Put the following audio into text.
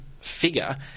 figure